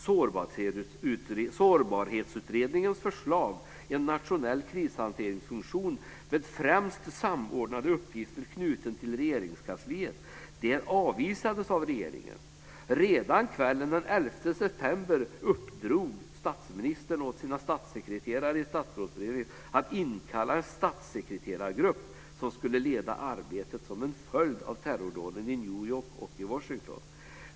Sårbarhetsutredningen föreslog en nationell krishanteringsfunktion med främst samordnande uppgifter knuten till Regeringskansliet. Detta avvisades av regeringen. Redan kvällen den 11 september uppdrog statsministern åt sin statssekreterare i Statsrådsberedningen att inkalla en statssekreterargrupp, som skulle leda arbetet som en följd av terrordåden i New York och Washington.